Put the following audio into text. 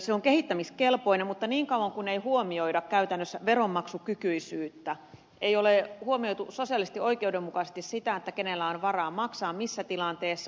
se on kehittämiskelpoinen mutta niin kauan kuin ei huomioida käytännössä veronmaksukykyisyyttä ei ole huomioitu sosiaalisesti oikeudenmukaisesti sitä kenellä on varaa maksaa missäkin tilanteessa